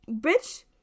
Bitch